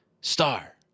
star